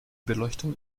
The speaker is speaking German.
beleuchtung